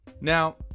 Now